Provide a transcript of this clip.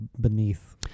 beneath